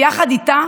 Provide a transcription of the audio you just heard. ויחד איתה